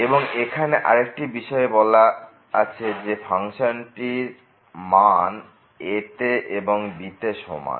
এবং এখানে আরেকটি বিষয় বলা আছে যে ফাংশনটির মান a তে এবং b তে সমান